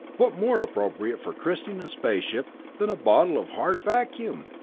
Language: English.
what more appropriate for christening a space ship than a bottle of hard vacuum?